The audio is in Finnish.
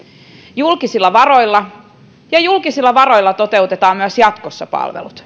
julkisilla varoilla ja julkisilla varoilla toteutetaan myös jatkossa palvelut